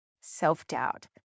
self-doubt